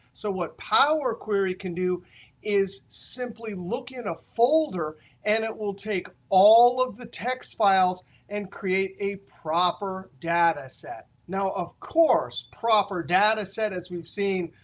so what power query can do is simply look in a folder and it will take all of the text files and create a proper data set. now, of course, proper data set as we have seen,